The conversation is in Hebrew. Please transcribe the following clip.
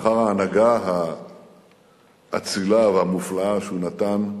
ואחר ההנהגה האצילה והמופלאה שהוא נתן לעמכם,